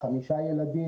חמישה ילדים.